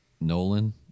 Nolan